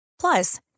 Plus